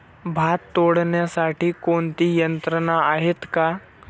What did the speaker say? भात तोडण्यासाठी कोणती यंत्रणा आहेत का?